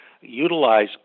utilize